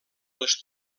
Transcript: les